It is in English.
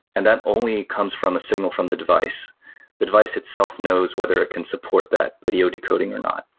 and that only comes from a signal from the device the device itself knows whether it can support that video decoding or not.